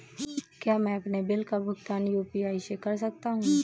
क्या मैं अपने बिल का भुगतान यू.पी.आई से कर सकता हूँ?